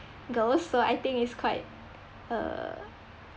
girls so I think its quite err